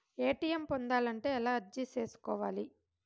ATM పొందాలంటే ఎలా అర్జీ సేసుకోవాలి?